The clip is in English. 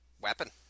weapon